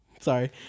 sorry